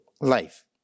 life